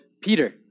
Peter